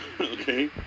Okay